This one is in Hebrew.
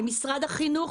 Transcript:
עם משרד החינוך,